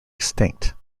extinct